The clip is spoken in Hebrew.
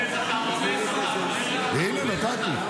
הינה, נתתי.